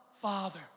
father